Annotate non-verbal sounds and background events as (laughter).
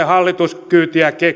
(unintelligible) hallituskyytiä